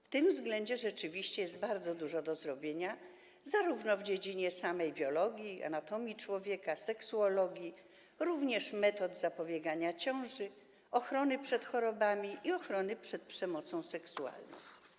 W tym względzie rzeczywiście jest bardzo dużo do zrobienia w dziedzinie zarówno samej biologii, anatomii człowieka, seksuologii, jak również metod zapobiegania ciąży, ochrony przed chorobami i ochrony przed przemocą seksualną.